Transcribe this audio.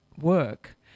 work